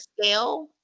scale